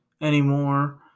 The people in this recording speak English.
anymore